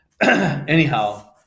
anyhow